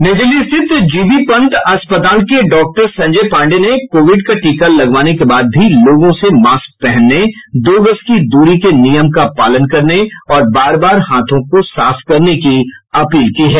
नई दिल्ली स्थित जीबी पंत अस्पताल के डॉक्टर संजय पांडेय ने कोविड का टीका लगवाने के बाद भी लोगों से मास्क पहनने दो गज की दूरी के नियम का पालन करने और बार बार हाथों को साफ करने की अपील की है